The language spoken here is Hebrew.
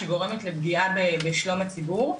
שגורמת לאיזו שהיא בעיה בשלום הציבור.